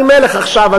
אני מלך עכשיו,